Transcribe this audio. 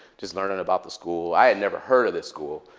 just learning about the school. i had never heard of this school.